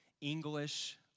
English